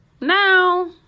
now